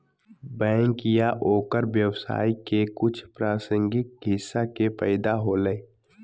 bank या ओकर व्यवसाय के कुछ प्रासंगिक हिस्सा के फैदा होलय